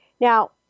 Now